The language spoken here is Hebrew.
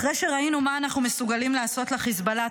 אחרי שראינו מה אנחנו מסוגלים לעשות לחיזבאללה,